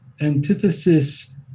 antithesis –